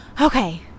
Okay